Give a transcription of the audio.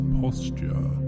posture